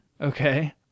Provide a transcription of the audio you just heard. okay